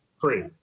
Free